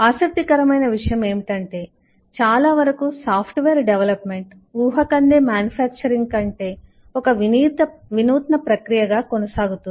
ఆసక్తికరమైన విషయం ఏమిటంటేచాలా వరకు సాఫ్ట్వేర్ డెవలప్ మెంట్ ఊహకందే మ్యానుఫ్యాక్చరింగ్ కంటే ఒక వినూత్న ప్రక్రియగా కొనసాగుతుంది